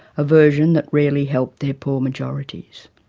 a version that rarely helped their poor majorities.